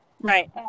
right